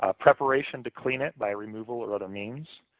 ah preparation to clean it by removal or other means,